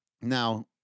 Now